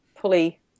pulley